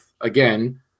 again